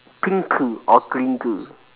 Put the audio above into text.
pink or green